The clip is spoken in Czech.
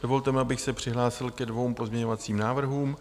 Dovolte mi, abych se přihlásil ke dvěma pozměňovacím návrhům.